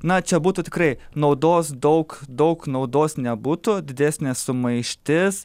na čia būtų tikrai naudos daug daug naudos nebūtų didesnė sumaištis